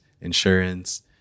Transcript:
insurance